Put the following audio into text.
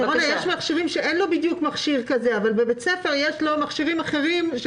יש ילדים שאין להם בדיוק מכשיר כזה אבל בבית ספר יש מכשירים אחרים.